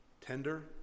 tender